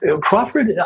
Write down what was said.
Crawford